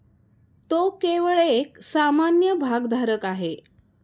तो केवळ एक सामान्य भागधारक आहे